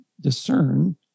discern